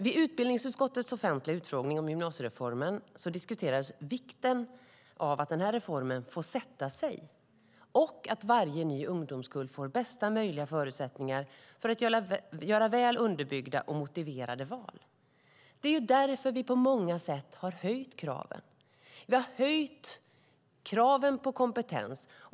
Vid utbildningsutskottets offentliga utfrågning om gymnasiereformen diskuterades vikten av att reformen får sätta sig och att varje ny ungdomskull får bästa möjliga förutsättningar för att göra väl underbyggda och motiverade val. Det är därför vi på många sätt har höjt kraven. Vi har höjt kraven på kompetens.